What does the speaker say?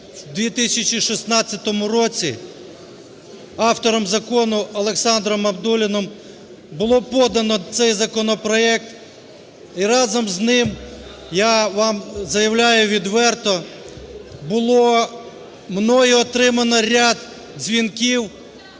в 2016 році автором закону Олександром Абдулліним було подано цей законопроект і разом з ним, я вам заявляю відверто, було мною отримано ряд дзвінків